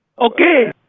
Okay